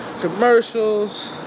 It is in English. commercials